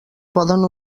poden